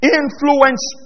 influence